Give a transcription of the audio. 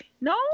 no